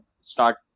start